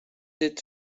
det